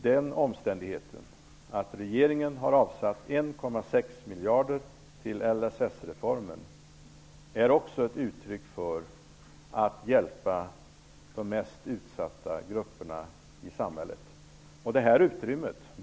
Den omständigheten att regeringen har avsatt 1,6 miljarder till LSS-reformen är också ett uttryck för att vi vill hjälpa de mest utsatta grupperna i samhället.